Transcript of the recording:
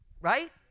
Right